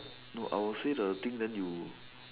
no I will say the thing then you